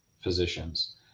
physicians